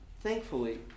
thankfully